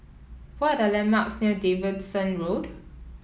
what are the landmarks near Davidson Road